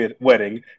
Wedding